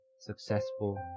successful